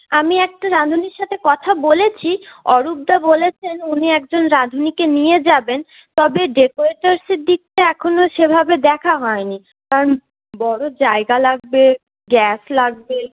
আমি একটা রাঁধুনির সাথে কথা বলেছি অরূপদা বলেছেন উনি একজন রাঁধুনিকে নিয়ে যাবেন তবে ডেকরেটার্সের দিকটা এখনও সেভাবে দেখা হয়নি কারণ বড়ো জায়গা লাগবে গ্যাস লাগবে